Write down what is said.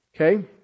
Okay